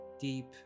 deep